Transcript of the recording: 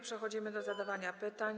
Przechodzimy do zadawania pytań.